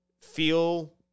feel